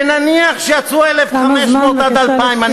ונניח שיצאו 1,500 2,000, תם הזמן.